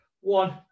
one